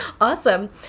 Awesome